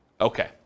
Okay